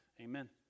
Amen